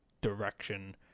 direction